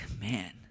man